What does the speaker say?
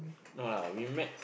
no lah we meet